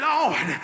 Lord